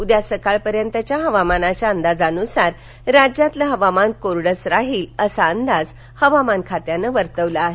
उद्या सकाळपर्यंतच्या हवामानाच्या अंदाजानुसार राज्यातलं हवामान कोरडं राहिल असा अंदाज हवामान खात्यानं वर्तवला आहे